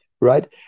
right